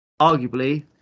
Arguably